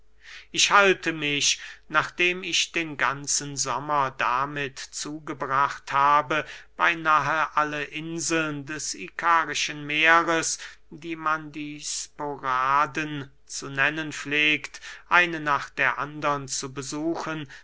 ich halte mich nachdem ich den ganzen sommer damit zugebracht habe beynahe alle inseln des ikarischen meeres die man die sporaden zu nennen pflegt eine nach der andern zu besuchen